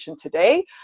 today